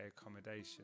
accommodation